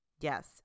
Yes